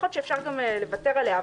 יכול להיות שאפשר גם לוותר עליה.